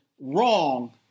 wrong